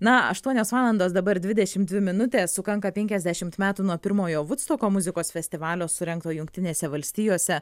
na aštuonios valandos dabar dvidešimt dvi minutės sukanka penkiasdešimt metų nuo pirmojo vudstoko muzikos festivalio surengto jungtinėse valstijose